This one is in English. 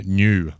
new